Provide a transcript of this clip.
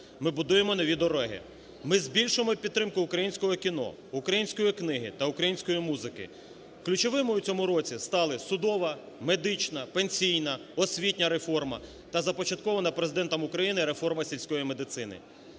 Ми будуємо нові дороги. Ми збільшуємо підтримку українського кіно, української книги та української музики. Ключовим в цьому році стали судова, медична, пенсійна, освітня реформа та започаткована Президентом України реформа сільської медицини.